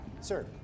sir